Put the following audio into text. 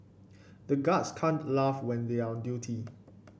the guards can't laugh when they are on duty